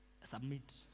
Submit